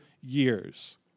years